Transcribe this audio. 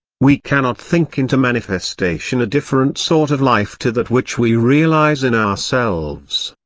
we cannot think into manifestation a different sort of life to that which we realise in ourselves.